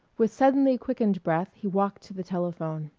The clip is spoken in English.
with suddenly quickened breath he walked to the telephone.